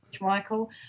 Michael